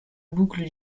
boucle